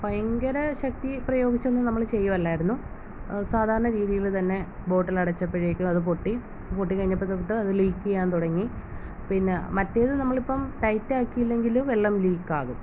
ഭയങ്കര ശക്തി പ്രയോഗിച്ചൊന്നും നമ്മൾ ചെയ്യുവല്ലായിരുന്നു സാധാരണ രീതിയിൽ തന്നെ ബോട്ടിൽ അടച്ചപ്പോഴേക്കും അത് പൊട്ടി അത് പൊട്ടിക്കഴിഞ്ഞപ്പം തൊട്ട് അത് ലീക്ക് ചെയ്യാൻ തുടങ്ങി പിന്ന മറ്റേത് നമ്മളിപ്പം ടൈറ്റ് ആക്കിയില്ലെങ്കിൽ വെള്ളം ലീക്ക് ആകും